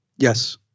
Yes